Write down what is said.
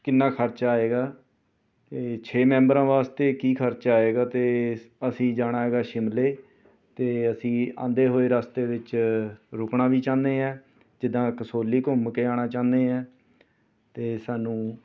ਕਿੰਨਾਂ ਖਰਚਾ ਆਏਗਾ ਏ ਛੇ ਮੈਂਬਰਾਂ ਵਾਸਤੇ ਕੀ ਖਰਚਾ ਆਏਗਾ ਅਤੇ ਅਸੀਂ ਜਾਣਾ ਹੈਗਾ ਸ਼ਿਮਲੇ ਅਤੇ ਅਸੀਂ ਆਉਂਦੇ ਹੋਏ ਰਸਤੇ ਵਿੱਚ ਰੁਕਣਾ ਵੀ ਚਾਹੁੰਦੇ ਹਾਂ ਜਿੱਦਾਂ ਕਸੌਲੀ ਘੁੰਮ ਕੇ ਆਉਣਾ ਚਾਹੁੰਦੇ ਹਾਂ ਅਤੇ ਸਾਨੂੰ